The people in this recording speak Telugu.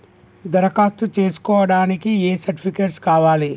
దరఖాస్తు చేస్కోవడానికి ఏ సర్టిఫికేట్స్ కావాలి?